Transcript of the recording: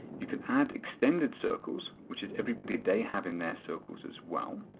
you can add extended circles, which is everybody they have in their circles as well,